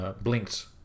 Blinked